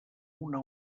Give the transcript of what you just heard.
una